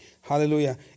Hallelujah